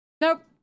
nope